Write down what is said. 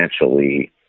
financially